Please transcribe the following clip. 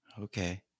Okay